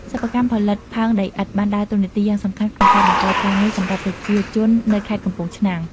សិប្បកម្មផលិតផើងដីឥដ្ឋ បានដើរតួនាទីយ៉ាងសំខាន់ក្នុងការបង្កើតការងារ សម្រាប់ប្រជាជននៅខេត្តកំពង់ឆ្នាំង។